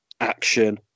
action